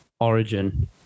origin